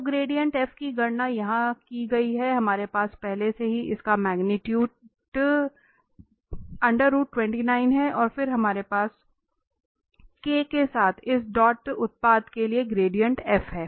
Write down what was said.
तो gradient f की गणना यहां की गई है हमारे पास पहले से ही इसका मगनीटुडे है और फिर हमारे पास के साथ इस डॉट उत्पाद के साथ ग्रेडिएंट f है